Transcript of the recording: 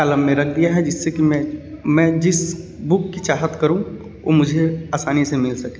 column में रख दिया है जिससे कि मैं मैं जिस बुक की चाहत करूँ वो मुझे आसानी से मिल सके